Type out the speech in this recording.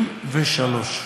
93,